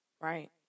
right